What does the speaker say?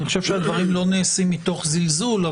אני לא חושב שהדברים נעשים מתוך זלזול,